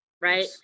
Right